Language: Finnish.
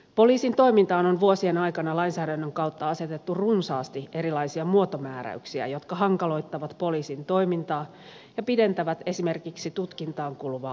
poliisin toiminnalle on vuosien aikana lainsäädännön kautta asetettu runsaasti erilaisia muotomääräyksiä jotka hankaloittavat poliisin toimintaa ja pidentävät esimerkiksi tutkintaan kuluvaa aikaa